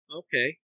okay